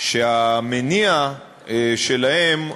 שהמניע שלהם,